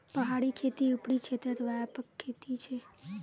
पहाड़ी खेती ऊपरी क्षेत्रत व्यापक खेती छे